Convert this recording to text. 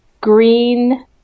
green